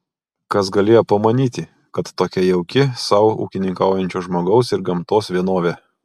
kas galėjo pamanyti kad tokia jauki sau ūkininkaujančio žmogaus ir gamtos vienovė